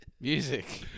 Music